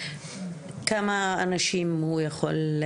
כמה אנשים הוא יכול,